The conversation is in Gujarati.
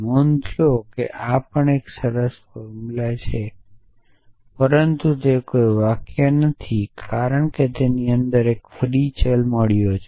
નોંધ લો કે આ પણ એક સરસ ફોર્મ્યુલા છે પરંતુ તે કોઈ વાક્ય નથી કારણ કે તેને અંદર એક ફ્રી ચલ મળ્યો છે